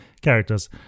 character's